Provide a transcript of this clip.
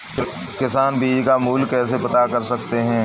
किसान बीज का मूल्य कैसे पता कर सकते हैं?